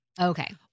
Okay